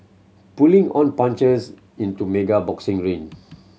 pulling on punches in to mega boxing ring